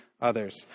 others